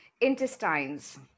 intestines